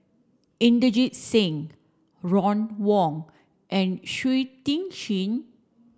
Inderjit Singh Ron Wong and Shui Tit Sing